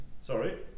Sorry